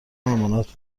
امانات